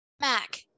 Mac